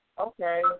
okay